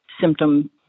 symptom